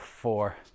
four